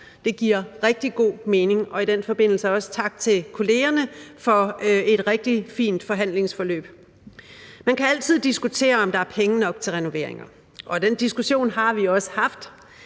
Det giver rigtig god mening. Og i den forbindelse også tak til kollegerne for et rigtig fint forhandlingsforløb. Man kan altid diskutere, om der er penge nok til renoveringer, og den diskussion har vi også haft.